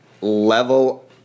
level